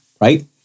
Right